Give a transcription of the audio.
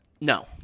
No